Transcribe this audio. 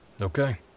Okay